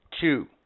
Two